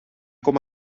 com